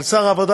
על שר העבודה,